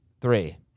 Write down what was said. Three